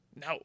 No